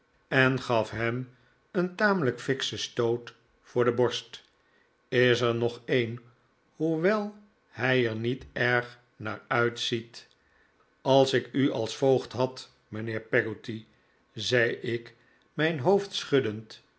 en gaf ham een tamelijk fikschen stoot voor de borst is er nog een hoewel hij er niet erg naar uitziet als ik u als voogd had mijnheer peggotty zei ik mijn hoofd schuddend